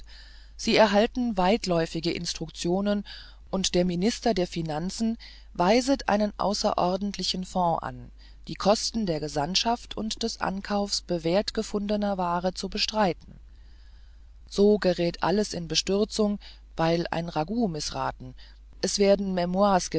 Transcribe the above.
sie erhalten weitläuftige instruktionen und der minister der finanzen weiset einen außerordentlichen fonds an die kosten der gesandtschaft und des ankaufs bewährt gefundener ware zu bestreiten so gerät alles in bestürzung weil ein ragout mißraten es werden